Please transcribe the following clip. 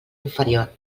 inferior